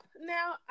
Now